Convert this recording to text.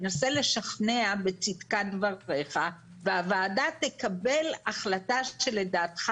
תנסה לשכנע בצדקת דבריך והוועדה תקבל החלטה שלדעתך